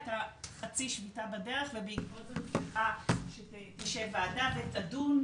היתה חצי שביתה בדרך ובעקבות זאת צריכה שתשב וועדה ותדון.